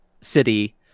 city